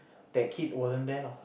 that kid wasn't there lah